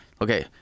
okay